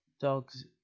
Dog's